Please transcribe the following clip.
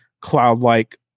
cloud-like